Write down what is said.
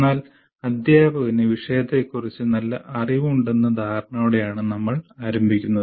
എന്നാൽ അധ്യാപകന് വിഷയത്തെക്കുറിച്ച് നല്ല അറിവുണ്ടെന്ന ധാരണയോടെയാണ് നമ്മൾ ആരംഭിക്കുന്നത്